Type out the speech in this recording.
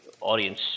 audience